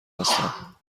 هستم